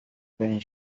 байна